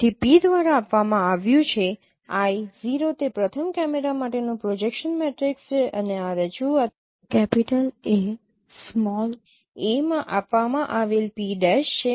તેથી P દ્વારા આપવામાં આવ્યું છે I|0 તે પ્રથમ કેમેરા માટેનું પ્રોજેક્શન મેટ્રિક્સ છે અને આ રજૂઆત A | a માં આપવામાં આવેલ P' છે